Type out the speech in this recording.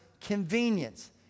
convenience